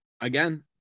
again